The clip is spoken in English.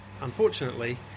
Unfortunately